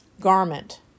garment